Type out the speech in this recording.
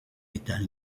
étant